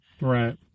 Right